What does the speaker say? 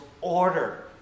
order